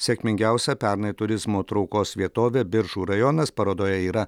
sėkmingiausia pernai turizmo traukos vietovė biržų rajonas parodoje yra